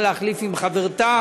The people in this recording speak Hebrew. יכולים לעשות,